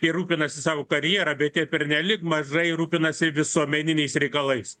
jie rūpinasi savo karjera bet jie pernelyg mažai rūpinasi visuomeniniais reikalais